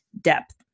depth